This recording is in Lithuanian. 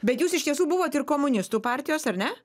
bet jūs iš tiesų buvot ir komunistų partijos ar ne